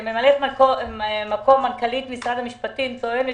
שמ"מ מנכ"לית משרד המשפטים טוענת